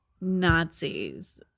Nazis